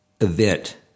event